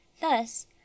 Thus